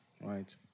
right